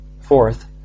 fourth